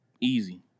easy